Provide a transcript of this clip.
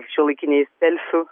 šiuolaikinėj telšių